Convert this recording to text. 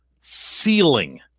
ceiling